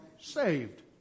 saved